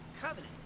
covenant